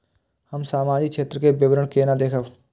हम सामाजिक क्षेत्र के विवरण केना देखब?